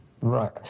Right